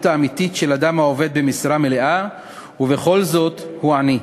האמיתית של אדם העובד במשרה מלאה והוא בכל זאת עני.